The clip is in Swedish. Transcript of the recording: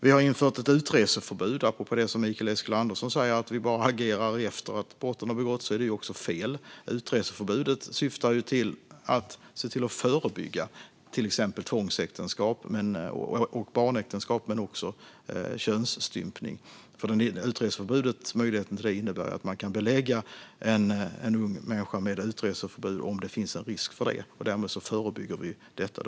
Vi har infört ett utreseförbud, apropå det som Mikael Eskilandersson sa om att vi bara agerar efter att brotten har begåtts. Det är fel. Utreseförbudet syftar till att förebygga till exempel tvångsäktenskap och barnäktenskap men också könsstympning. Möjligheten till utreseförbud innebär att man kan belägga en ung människa med utreseförbud om det finns en risk för detta. Därmed förebygger vi detta.